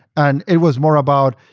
and it was more about,